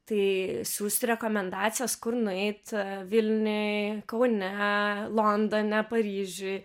tai siųsti rekomendacijas kur nueit vilniuj kaune londone paryžiuj